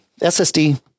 SSD